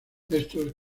estos